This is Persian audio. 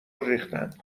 ریختن